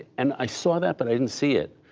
and i saw that, but i didn't see it.